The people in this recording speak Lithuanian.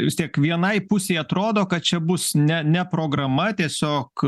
vis tiek vienai pusei atrodo kad čia bus ne ne programa tiesiog